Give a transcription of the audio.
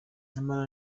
nyamara